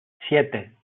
siete